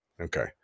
Okay